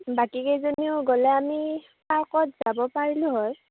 বাকীকেইজনীও গ'লে আমি পাৰ্কত যাব পাৰিলোঁ হয়